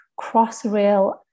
Crossrail